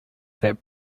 that